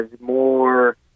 more